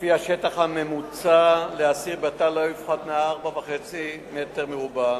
שלפיה השטח הממוצע לאסיר בתא לא יפחת מ-4.5 מטרים רבועים.